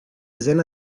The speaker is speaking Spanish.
llena